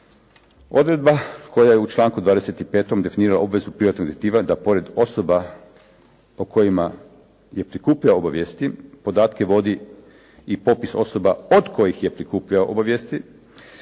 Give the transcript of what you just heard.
odredba koja je u članku 25. definira obvezu privatnog detektiva da pored osoba o kojima je prikupljao obavijesti podatke vodi i popis osoba od kojih je prikupljao obavijestio